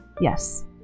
Yes